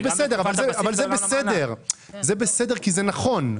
זה בסדר כי זה נכון,